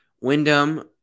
Wyndham